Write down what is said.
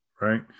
right